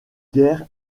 guère